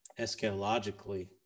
eschatologically